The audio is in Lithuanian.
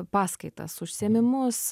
paskaitas užsiėmimus